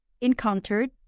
encountered